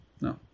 No